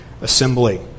Assembly